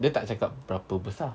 dia tak cakap berapa besar